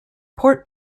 port